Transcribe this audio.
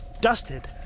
dusted